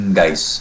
guys